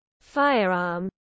firearm